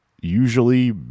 usually